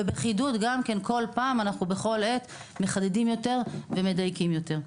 בכל עת אנחנו מחדדים ומדייקים יותר.